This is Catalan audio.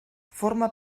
forma